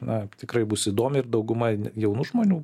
na tikrai bus įdomi ir dauguma jaunų žmonių